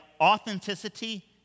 authenticity